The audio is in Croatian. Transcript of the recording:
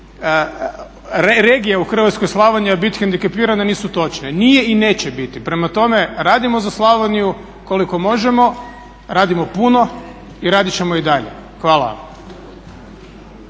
regija u Hrvatskoj Slavonija bit hendikepirana nisu točne. Nije i neće biti. Prema tome, radimo za Slavoniju koliko možemo, radimo puno i radit ćemo i dalje. Hvala